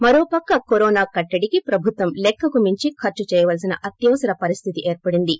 మరోపక్క కరోనా కట్టడికి ప్రభుత్వం లెక్కుకు మించి ఖర్సు చేయాల్సిన అత్యవసర పరిస్థితి ఏర్పడిందీ